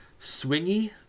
swingy